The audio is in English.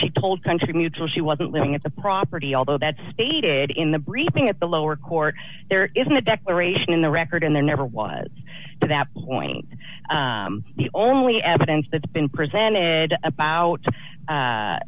she told country mutual she wasn't looking at the property although that's stated in the briefing at the lower court there isn't a declaration in the record and there never was to that point the only evidence that's been presented about